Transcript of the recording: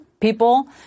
people